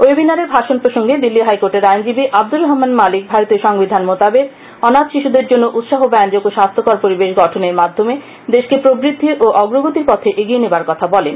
ওয়েবিনারে ভাষণ প্রসঙ্গে দিল্লি হাইকোর্টের আইনজীবী আদ্দুর রহমান মালিক ভারতীয় সংবিধান মোতাবেক অনাথ শিশুদের জন্য উৎসাহব্যঞ্জক ও স্বাস্থ্যকর পরিবেশ গঠনের মাধ্যমে দেশকে প্রবৃদ্ধি ও অগ্রগতির পথে এগিয়ে নেবার কথা বলেন